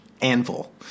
anvil